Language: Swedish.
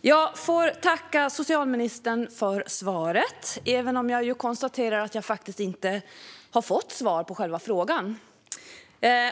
Jag får tacka socialministern för svaret, även om jag konstaterar att jag faktiskt inte har fått svar på själva frågan.